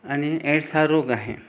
आणि एड्स हा रोग आहे